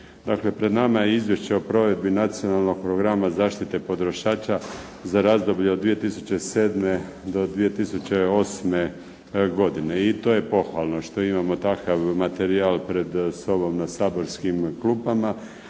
pred nama je Izvješće o provedbi Nacionalnog programa zaštite potrošača za razdoblje od 2007. do 2008. godine i to je pohvalno što imamo takav materijal pred sobom na saborskim klupama.